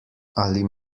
ali